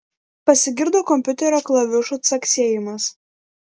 pasigirdo kompiuterio klavišų caksėjimas